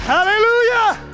Hallelujah